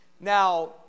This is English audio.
Now